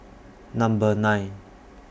Number nine